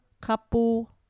Couple